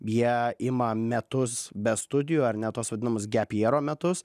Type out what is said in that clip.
jie ima metus be studijų ar ne tuos vadinamus gepyero metus